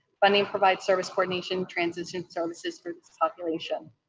funding provides service coordination, transition services for this population.